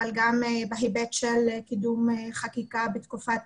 אבל גם בהיבט של קידום חקיקה בתקופת